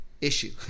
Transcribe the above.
issue